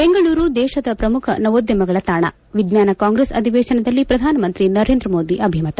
ಬೆಂಗಳೂರು ದೇಶದ ಪ್ರಮುಖ ನವೋದ್ಯಮಗಳ ತಾಣ ವಿಜ್ವಾನ ಕಾಂಗ್ರೆಸ್ ಅಧಿವೇಶನದಲ್ಲಿ ಪ್ರಧಾನಮಂತ್ರಿ ನರೇಂದ್ರ ಮೋದಿ ಅಭಿಮತ